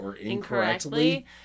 incorrectly